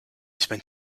spent